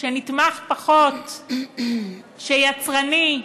שנתמך פחות, שהוא יצרני,